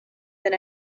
than